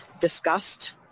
discussed